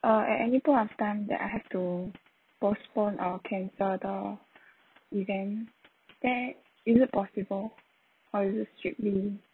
uh at any point of time that I have to postpone or cancel the event can is it possible or is it strictly